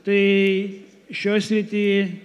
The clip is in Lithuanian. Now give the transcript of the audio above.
tai šioje srity